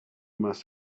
must